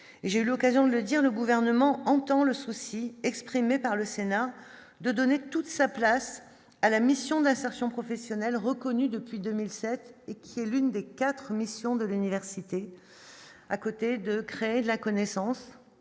j'ai eu l'occasion de le dire, le gouvernement entend le souci exprimé par le Sénat de donner toute sa place à la mission d'insertion professionnelle reconnue depuis 2007, qui est l'une des 4 missions de l'université, à côté de créer de la connaissance,